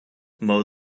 mow